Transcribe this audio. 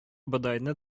бодайны